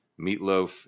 meatloaf